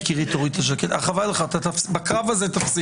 במקרה כזה יש להם אפוטרופוסים